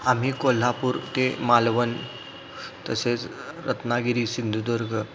आम्ही कोल्हापूर ते मालवण तसेच रत्नागिरी सिंधुदुर्ग